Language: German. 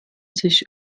sich